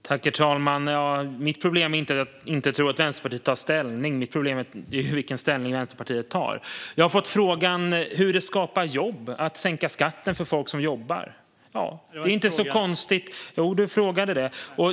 Herr talman! Mitt problem är inte att jag inte tror att Vänsterpartiet tar ställning. Mitt problem är vilken ställning Vänsterpartiet tar. Jag har fått frågan hur det skapar jobb att sänka skatten för folk som jobbar. : Jag har inte frågat det.) Jo, du frågade det.